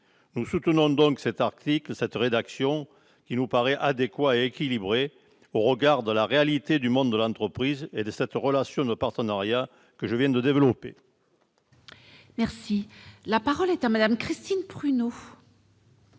Nous soutenons donc le présent article, dans cette rédaction qui nous paraît adéquate et équilibrée, au regard de la réalité du monde de l'entreprise et de cette relation de partenariat que je viens d'exposer. La parole est à Mme Christine Prunaud,